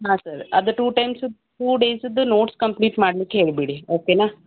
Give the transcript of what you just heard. ಹಾಂ ಸರ್ ಅದು two times two ಡೇಸುದ್ದು ನೋಟ್ಸ್ ಕಂಪ್ಲೀಟ್ ಮಾಡ್ಲಿಕ್ಕೆ ಹೇಳಿಬಿಡಿ ಓಕೆನ